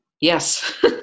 yes